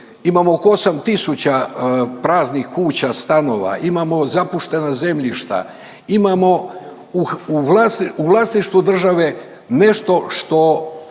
imamo oko 8 tisuća praznih kuća, stanova, imamo zapuštena zemljišta, imamo u vlasništvu države nešto što